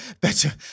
better